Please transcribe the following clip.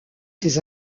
ses